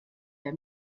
der